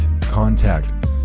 contact